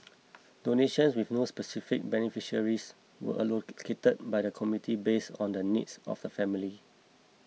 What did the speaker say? donations with no specific beneficiaries were allocated by the committee based on the needs of the families